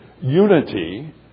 unity